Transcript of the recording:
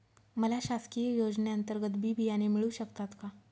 मला शासकीय योजने अंतर्गत बी बियाणे मिळू शकतात का?